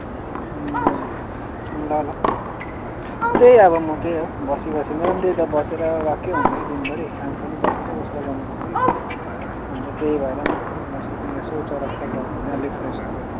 ल ल त्यही अब म त्यही हो बसीबसी मेरो पनि त्यही त बसेर वाक्कै हुन्छ कि दिनभरि काम पनि बसेर बसेर गर्नुपर्छ कि अन्त त्यही भएर नि तिमीलाई सोध्नु यसो चौरास्ता गयो भने अलिक फ्रेस हुन्छ नि